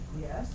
yes